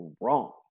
Wrong